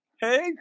hey